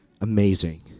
amazing